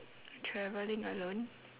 travelling alone